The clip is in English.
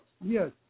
Yes